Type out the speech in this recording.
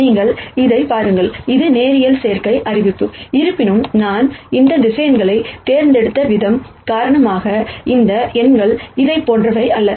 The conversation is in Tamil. நீங்கள் இதைப் பாருங்கள் இது லீனியர் காம்பினேஷன் அறிவிப்பு இருப்பினும் நான் இந்த வெக்டர்ஸ் தேர்ந்தெடுத்த விதம் காரணமாக இந்த எண்கள் இதைப் போன்றவை அல்ல